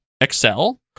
Excel